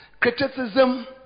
criticism